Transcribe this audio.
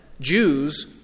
Jews